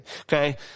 Okay